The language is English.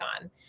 on